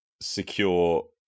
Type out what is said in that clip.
secure